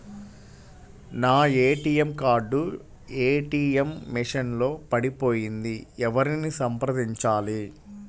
నా ATM card ATM machine లో పడిపోయింది ఎవరిని సంప్రదించాలి?